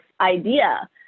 idea